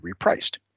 repriced